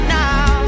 now